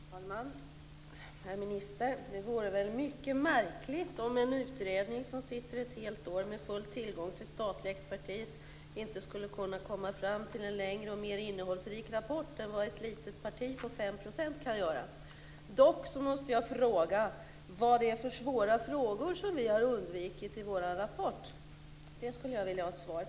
Fru talman och herr minister! Det vore väl mycket märkligt om en utredning som sitter ett helt år och som har full tillgång till statlig expertis inte skulle kunna komma fram till en längre och mer innehållsrik rapport än vad ett litet parti på 5 % kan göra. Dock måste jag fråga vad det är för svåra frågor som vi har undvikit i vår rapport. Där skulle jag vilja ha ett svar.